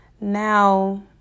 Now